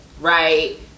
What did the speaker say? right